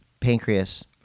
pancreas